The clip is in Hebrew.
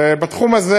ובתחום הזה